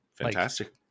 fantastic